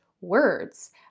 words